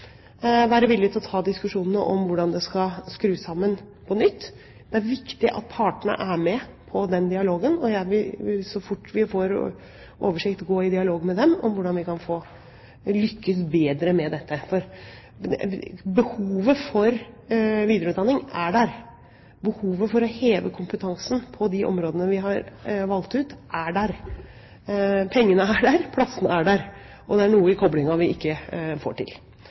være villige til å ta diskusjonene om hvordan det skal skrus sammen, på nytt. Det er viktig at partene er med på den dialogen, og jeg vil så fort vi får oversikt, gå i dialog med dem om hvordan vi skal lykkes bedre med dette. Behovet for videreutdanning er der, behovet for å heve kompetansen på de områdene vi har valgt ut, er der. Pengene er der, plassene er der, og det er noe ved koblingen vi ikke får til.